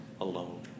alone